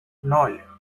ноль